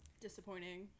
disappointing